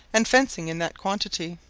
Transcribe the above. and fencing in that quantity.